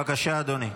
בבקשה, אדוני,